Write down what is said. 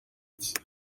cye